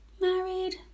Married